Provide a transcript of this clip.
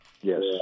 Yes